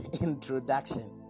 introduction